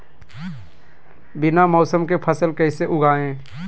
बिना मौसम के फसल कैसे उगाएं?